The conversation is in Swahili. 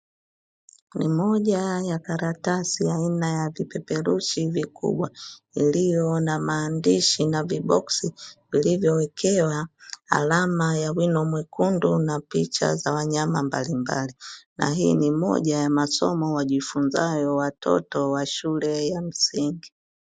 Ni moja ya karatasi ya aina ya vipeperushi vikubwa iliyo na maandishi na viboksi, vilivyowekewa alama ya wino mwekundu na picha za wanyama mbalimbali na hii ni moja ya masomo wajifunzayo watoto wa shule ya msingi.